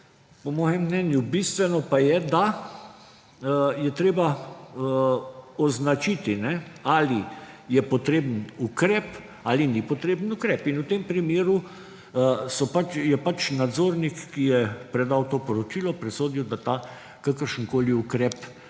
po mojem mnenju bistveno, pa je, da je treba označiti, ali je potreben ukrep ali ni potreben ukrep. In v tem primeru je pač nadzornik, ki je predal to poročilo, presodil, da ta kakršenkoli ukrep